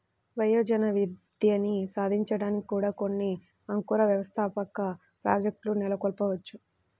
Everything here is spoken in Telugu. వయోజన విద్యని సాధించడానికి కూడా కొన్ని అంకుర వ్యవస్థాపక ప్రాజెక్ట్లు నెలకొల్పవచ్చు